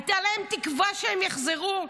הייתה להן תקווה שהם יחזרו.